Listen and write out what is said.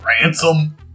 ransom